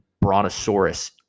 brontosaurus